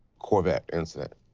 corvette incident.